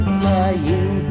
flying